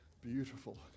beautiful